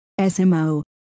SMO